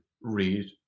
read